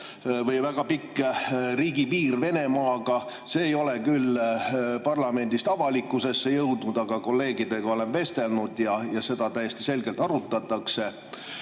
on väga pikk riigipiir Venemaaga. See ei ole küll parlamendist avalikkusesse jõudnud, aga kolleegidega olen vestelnud ja tean, et seda täiesti selgelt arutatakse.